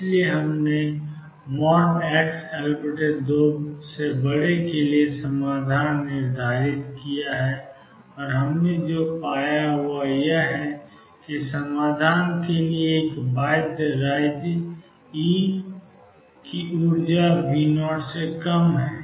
इसलिए हमने क्षेत्र xL2 के लिए समाधान निर्धारित किया है और हमने जो पाया है वह यह है कि समाधान के लिए एक बाध्य राज्य ऊर्जा EV0 है